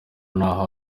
n’aho